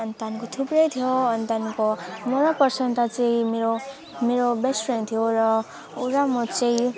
अनि त्यहाँको थुप्रै थियो अनि त्यहाँको म र प्रसान्त चाहिँ मेरो मेरो बेस्ट फ्रेन्ड थियो र ऊ र म चाहिँ